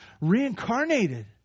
reincarnated